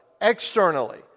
externally